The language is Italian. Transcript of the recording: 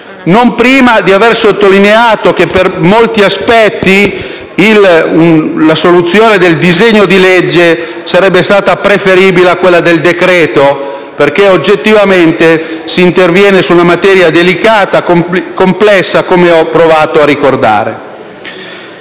non prima di aver sottolineato che, per molti aspetti, la soluzione del disegno di legge sarebbe stata preferibile a quella del decreto-legge, perché oggettivamente si interviene su una materia delicata e complessa, come ho provato a ricordare.